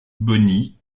bonnie